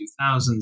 2000s